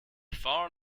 far